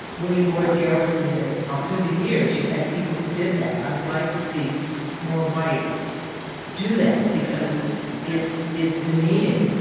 william lloyd garrison did it. ah through the years, you've had people who did that. i would like to see more whites do that, because it's it's demeaning,